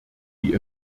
die